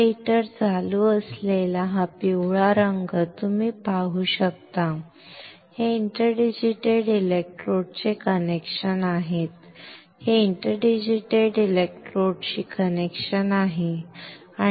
हा हीटर चालू असलेला हा पिवळा रंग तुम्ही पाहू शकता हे इंटरडिजिटेटेड इलेक्ट्रोड चे कनेक्शन आहेत हे इंटरडिजिटेटेड इलेक्ट्रोड शी कनेक्शन आहे